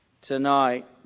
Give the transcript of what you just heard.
tonight